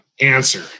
answer